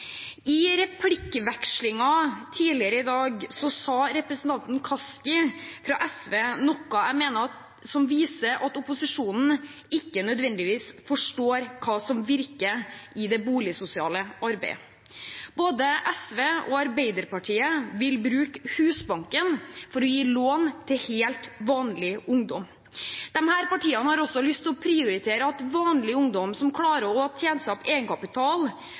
I replikkvekslingen tidligere i dag sa representanten Kaski fra SV noe jeg mener viser at opposisjonen ikke nødvendigvis forstår kva som virker i det boligsosiale arbeidet. Både SV og Arbeiderpartiet vil bruke Husbanken for å gi lån til helt vanlig ungdom. Disse partiene vil også prioritere at vanlig ungdom som klarer å tjene seg opp egenkapital